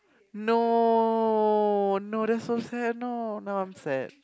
no no that's so sad no no I'm sad